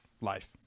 life